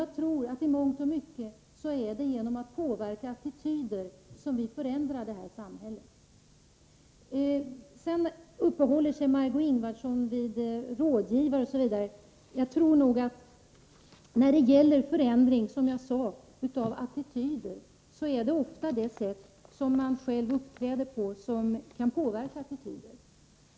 I mångt och mycket är det genom att påverka attityder som vi förändrar samhället. Sedan uppehåller sig Margöé Ingvardsson vid rådgivare osv. När det gäller en förändring av attityder tror jag nog att det ofta är det sätt som man själv uppträder på som kan påverka.